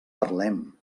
parlem